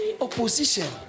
Opposition